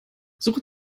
suche